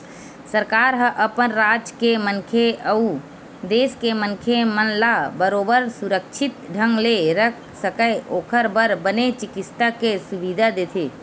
सरकार ह अपन राज के मनखे अउ देस के मनखे मन ला बरोबर सुरक्छित ढंग ले रख सकय ओखर बर बने चिकित्सा के सुबिधा देथे